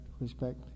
respect